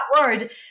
word